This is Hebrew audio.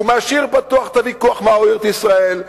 הוא משאיר פתוח את הוויכוח מהי ארץ-ישראל,